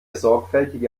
sorgfältige